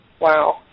Wow